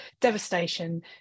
devastation